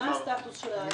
מה הסטטוס של הטיהור?